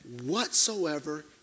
whatsoever